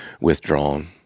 withdrawn